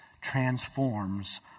transforms